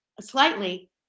slightly